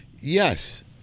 yes